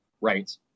right